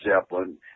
Zeppelin